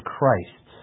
Christ